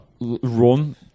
run